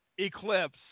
Eclipse